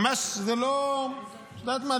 ממש זה לא, את יודעת מה?